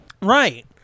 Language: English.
right